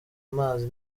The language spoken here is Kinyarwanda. amazi